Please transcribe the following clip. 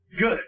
Good